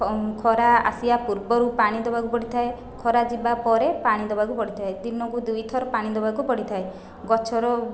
ଖରା ଆସିବା ପୂର୍ବରୁ ପାଣି ଦେବାକୁ ପଡ଼ିଥାଏ ଖରା ଯିବା ପରେ ପାଣି ଦେବାକୁ ପଡ଼ିଥାଏ ଦିନକୁ ଦୁଇଥର ପାଣି ଦେବାକୁ ପଡ଼ିଥାଏ ଗଛ ର